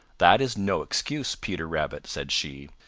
that is no excuse, peter rabbit, said she.